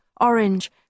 orange